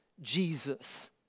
Jesus